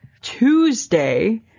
Tuesday